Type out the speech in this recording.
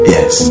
Yes